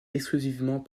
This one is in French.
exclusivement